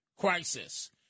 crisis